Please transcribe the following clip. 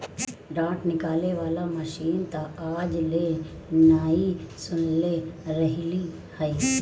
डाँठ निकाले वाला मशीन तअ आज ले नाइ सुनले रहलि हई